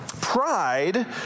pride